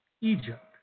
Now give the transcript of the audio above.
Egypt